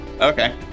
Okay